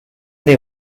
they